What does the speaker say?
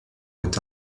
être